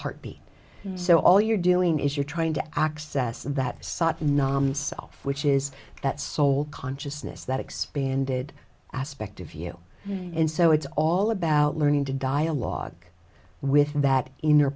heartbeat so all you're doing is you're trying to access that non self which is that soul consciousness that expanded aspect of you and so it's all about learning to dialogue with that inner